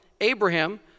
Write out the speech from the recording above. Abraham